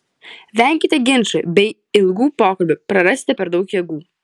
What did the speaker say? venkite ginčų bei ilgų pokalbių prarasite per daug jėgų